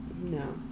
No